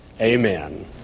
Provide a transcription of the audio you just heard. amen